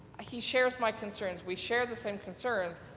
he shares my concerns. we share the same concerns,